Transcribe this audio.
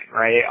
right